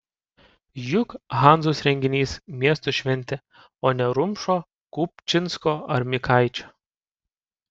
juk hanzos renginys miesto šventė o ne rumšo kupčinsko ar mikaičio